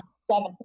Seven